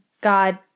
God